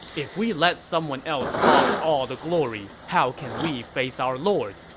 if we let someone else hog all the glory, how can we face our lord?